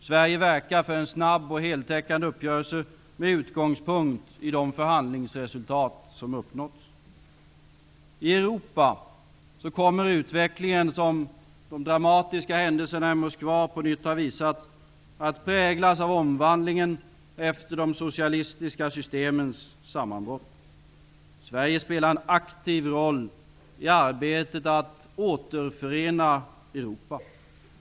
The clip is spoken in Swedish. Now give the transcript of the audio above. Sverige verkar för en snabb och heltäckande uppgörelse med utgångspunkt i de förhandlingsresultat som uppnåtts. I Europa kommer utvecklingen -- som de dramatiska händelserna i Moskva på nytt har visat -- att präglas av omvandlingen efter de socialistiska systemens sammanbrott. Sverige spelar en aktiv roll i arbetet att återförena Europa.